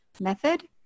method